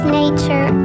nature